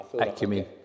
Acumen